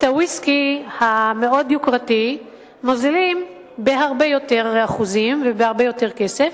את הוויסקי המאוד יוקרתי מוזילים בהרבה יותר אחוזים ובהרבה יותר כסף,